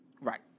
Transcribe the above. Right